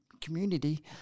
community